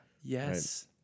Yes